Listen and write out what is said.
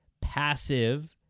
passive—